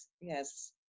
Yes